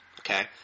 Okay